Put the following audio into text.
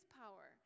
power